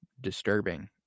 disturbing